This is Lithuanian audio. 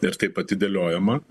ir taip atidėliojama